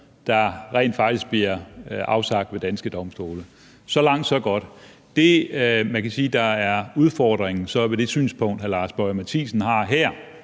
der rent faktisk bliver afsagt ved danske domstole – så langt, så godt. Det, man så kan sige er udfordringen ved det synspunkt, hr. Lars Boje Mathiesen og Nye